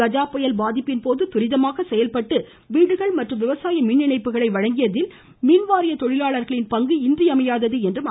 கஜா புயல் பாதிப்பின் போது துரிதமாக செயல்பட்டு வீடுகள் மற்றும் விவசாய மின்இணைப்புகளை வழங்கியதில் மின்வாரிய தொழிலாளர்களின் பங்கு இன்றியமையாதது என்று பாராட்டினார்